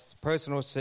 personal